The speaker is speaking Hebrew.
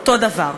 אותו דבר.